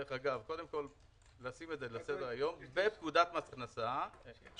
קודם כל לשים את זה על סדר היום בפקודת מס הכנסה --- שאלה.